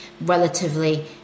relatively